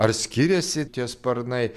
ar skiriasi tie sparnai